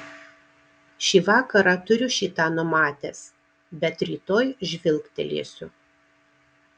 šį vakarą turiu šį tą numatęs bet rytoj žvilgtelėsiu